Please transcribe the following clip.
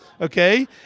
okay